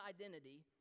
identity